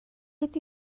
ydy